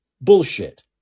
bullshit